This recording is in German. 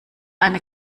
eine